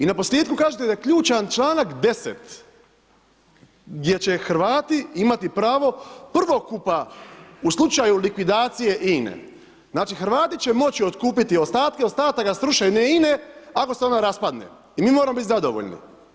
I naposljetku kažete da je ključan članak 10. gdje će Hrvati imati pravo prvokupa u slučaju likvidacije INA-e, znači Hrvati će moći otkupiti ostatke ostataka srušene INA-e ako se ona raspadne i mi moramo biti zadovoljni.